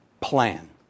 plan